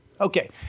Okay